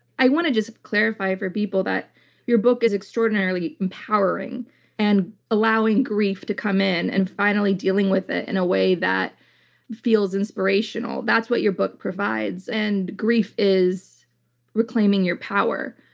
i want to just clarify for people that your book is extraordinarily empowering and allowing grief to come in and finally dealing with it in a way that feels inspirational, that's what your book provides. and grief is reclaiming your power.